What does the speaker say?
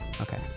Okay